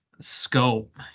scope